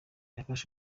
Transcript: yafashe